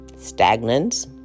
Stagnant